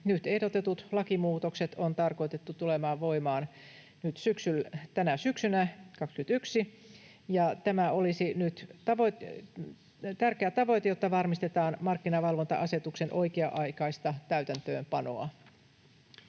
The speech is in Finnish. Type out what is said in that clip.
Nyt ehdotetut lakimuutokset on tarkoitettu tulemaan voimaan tänä syksynä, 2021. Tämä olisi nyt tärkeä tavoite, jotta varmistetaan markkinavalvonta-asetuksen oikea-aikaista täytäntöönpanoa.